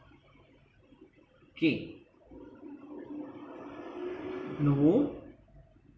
okay no